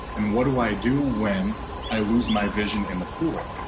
and what do i do when i lose my vision in the pool.